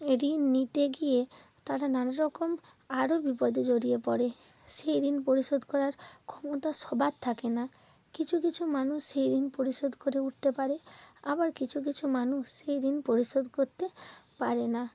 ঋণ নিতে গিয়ে তারা নানারকম আরও বিপদে জড়িয়ে পড়ে সেই ঋণ পরিশোধ করার ক্ষমতা সবার থাকে না কিছু কিছু মানুষ সেই ঋণ পরিশোধ করে উঠতে পারে আবার কিছু কিছু মানুষ সেই ঋণ পরিশোধ করতে পারে না